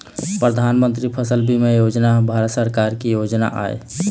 परधानमंतरी फसल बीमा योजना ह भारत सरकार के योजना आय